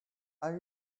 are